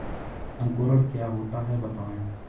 अंकुरण क्या होता है बताएँ?